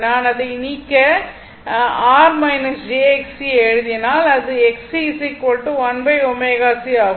நான் அதை நீக்க என்ன R j Xc ஐ எழுதினால் அதில் Xc1ωc ஆகும்